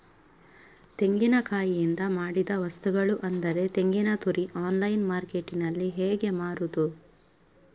ತೆಂಗಿನಕಾಯಿಯಿಂದ ಮಾಡಿದ ವಸ್ತುಗಳು ಅಂದರೆ ತೆಂಗಿನತುರಿ ಆನ್ಲೈನ್ ಮಾರ್ಕೆಟ್ಟಿನಲ್ಲಿ ಹೇಗೆ ಮಾರುದು?